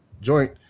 joint